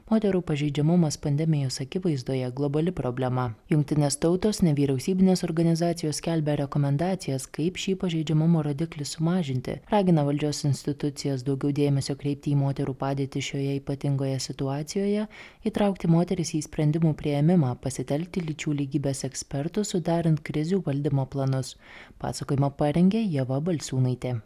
moterų pažeidžiamumas pandemijos akivaizdoje globali problema jungtinės tautos nevyriausybinės organizacijos skelbia rekomendacijas kaip šį pažeidžiamumo rodiklį sumažinti ragina valdžios institucijas daugiau dėmesio kreipti į moterų padėtį šioje ypatingoje situacijoje įtraukti moteris į sprendimų priėmimą pasitelkti lyčių lygybės ekspertus sudarant krizių valdymo planus pasakojimą parengė ieva balsiūnaitė